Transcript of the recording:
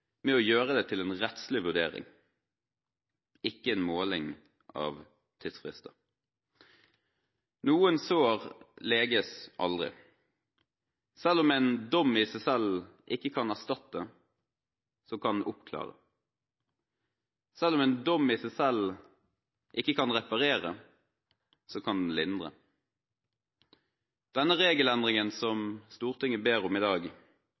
med å gjøre det til en rettslig vurdering – ikke en måling av tidsfrister. Noen sår leges aldri. Selv om en dom i seg selv ikke kan erstatte, så kan den oppklare. Selv om en dom i seg selv ikke kan reparere, så kan den lindre. Denne regelendringen som Stortinget ber om i dag,